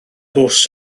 bws